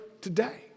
today